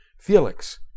Felix